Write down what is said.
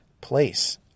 Place